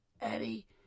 Eddie